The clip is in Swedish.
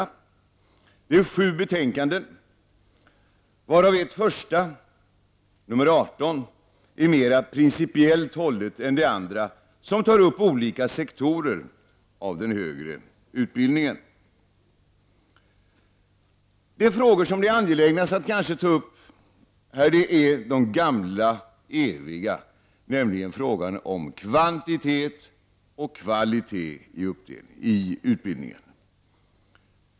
Vi behandlar sju betänkanden, varav ett första, nr 18, är mer principiellt hållet än de andra, som tar upp olika sektorer av den högre utbildningen. Kanske är det angelägnast att ta upp den gamla eviga frågan om kvantitet och kvalitet i utbildningen.